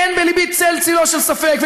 אין בלבי צל-צלו של ספק.